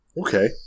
Okay